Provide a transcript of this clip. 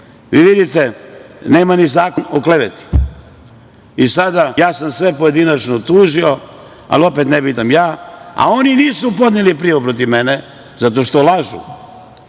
Vidite, nema ni zakon o kleveti. Ja sam sve pojedinačno tužio, ali opet nebitan sam ja, a oni nisu podneli prijavu protiv mene zato što lažu,